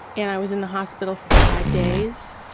and i was in the hospital for five days,